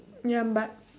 ya but